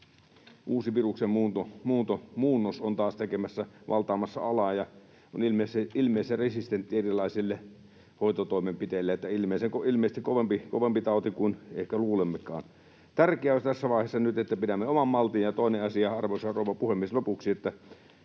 uusi viruksen muunnos on taas valtaamassa alaa ja on ilmeisen resistentti erilaisille hoitotoimenpiteille — ilmeisesti kovempi tauti kuin ehkä luulemmekaan. Tärkeää olisi tässä vaiheessa nyt, että pidämme oman maltin. Toinen asia, arvoisa rouva puhemies, lopuksi: